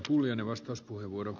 arvoisa puhemies